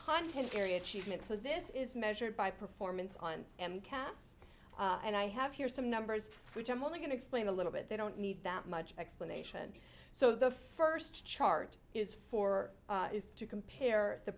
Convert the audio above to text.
content very achievement so this is measured by performance on m cats and i have here some numbers which i'm only going to explain a little bit they don't need that much explanation so the first chart is for is to compare the